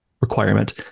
requirement